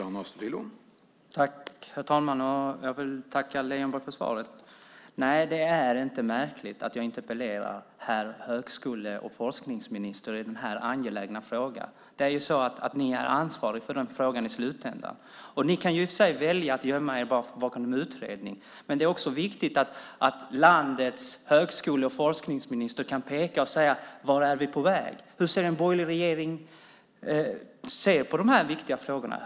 Herr talman! Jag tackar Leijonborg för svaret. Nej, det är inte märkligt att jag interpellerar herr högskole och forskningsminister i den här angelägna frågan. Ni är ansvarig för frågan i slutändan. Ni kan i och för sig välja att gömma er bakom en utredning. Men det är också viktigt att landets högskole och forskningsminister kan peka och säga vart vi är på väg. Hur ser en borgerlig regering på de här viktiga frågorna?